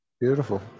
beautiful